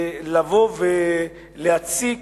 לבוא ולהציק